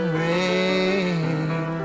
rain